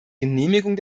genehmigung